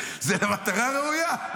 זה למטרה ראויה.